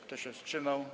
Kto się wstrzymał?